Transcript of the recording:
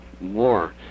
more